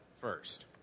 first